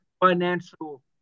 financial